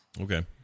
Okay